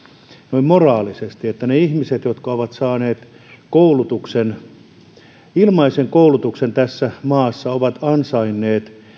noin moraalisesti ne ihmiset jotka ovat saaneet ilmaisen koulutuksen tässä maassa ja ovat ansainneet